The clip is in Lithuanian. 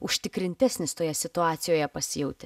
užtikrintesnis toje situacijoje pasijauti